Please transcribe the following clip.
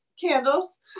candles